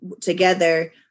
together